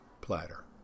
platter